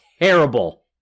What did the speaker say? terrible